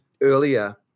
earlier